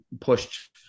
pushed